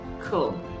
Cool